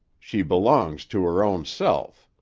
she belongs to her own self